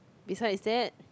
besides that